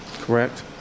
Correct